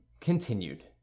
Continued